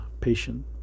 patient